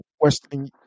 Western